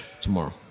tomorrow